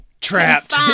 trapped